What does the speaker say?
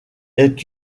est